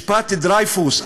משפט דרייפוס,